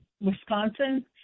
Wisconsin